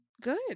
Good